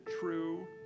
true